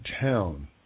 town